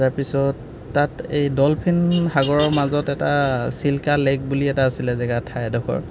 তাৰ পিছত তাত এই ডলফিন সাগৰৰ মাজত এটা চিল্কা লেক বুলি এটা আছিলে জেগা ঠাই এডখৰ